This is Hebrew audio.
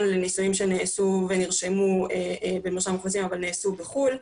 לנישואים שנעשו ונרשמו במרשם האוכלוסין אבל נעשו בחו"ל.